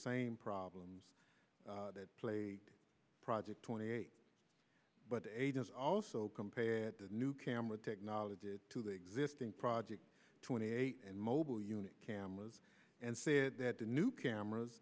problems that plagued project twenty eight but agents also compared the new camera technology to the existing project twenty eight and mobile unit cameras and said that the new cameras